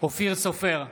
אופיר סופר,